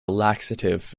laxative